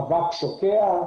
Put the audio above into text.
אבק שוקע.